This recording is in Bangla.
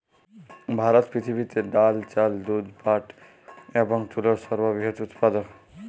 ভারত পৃথিবীতে ডাল, চাল, দুধ, পাট এবং তুলোর সর্ববৃহৎ উৎপাদক